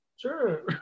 Sure